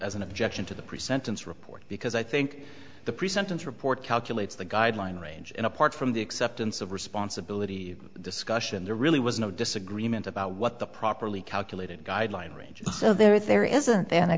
as an objection to the pre sentence report because i think the pre sentence report calculates the guideline range and apart from the acceptance of responsibility discussion there really was no disagreement about what the properly calculated guideline range so there is there isn't th